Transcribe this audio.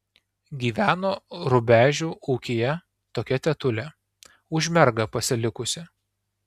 gyveno rubežių ūkyje tokia tetulė už mergą pasilikusi